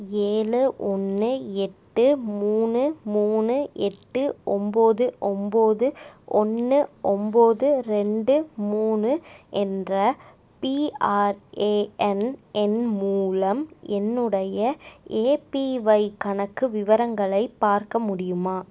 ஏழு ஒன்று எட்டு மூணு மூணு எட்டு ஒன்போது ஒன்போது ஒன்று ஒன்போது ரெண்டு மூணு என்ற பிஆர்ஏஎன் எண் மூலம் என்னுடைய ஏபிஒய் கணக்கு விவரங்களை பார்க்க முடியுமா